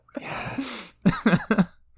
Yes